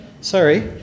Sorry